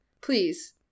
Please